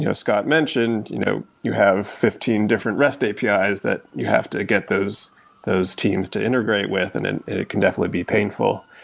you know scott mentioned, you know, you have fifteen different rest api's that you have to get those those teams to integrate with and and it can definitely be painful.